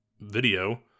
video